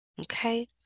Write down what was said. okay